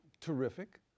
terrific